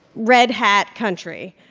red hat country.